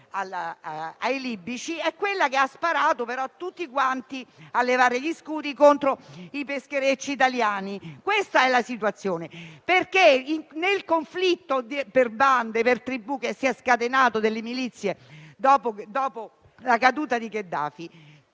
ai libici è quella che ha sparato; però tutti quanti a levare gli scudi contro i pescherecci italiani. Questa è la situazione. Nel conflitto per bande e per tribù che si è scatenato tra le milizie dopo la caduta di Gheddafi è